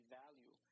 value